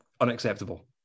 unacceptable